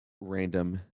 random